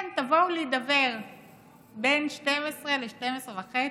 כן, תבואו להידבר בין 12:00 ל-12:30,